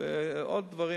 ועוד דברים,